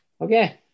Okay